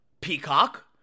Peacock